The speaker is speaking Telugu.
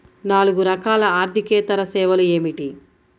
నాలుగు రకాల ఆర్థికేతర సేవలు ఏమిటీ?